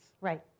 Right